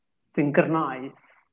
synchronize